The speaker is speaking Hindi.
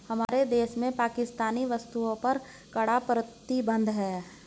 हमारे देश में पाकिस्तानी वस्तुएं पर कड़ा प्रतिबंध हैं